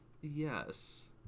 Yes